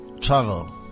Travel